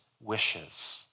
wishes